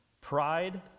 Pride